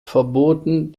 verboten